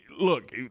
look